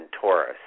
Taurus